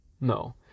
No